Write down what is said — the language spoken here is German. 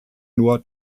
nur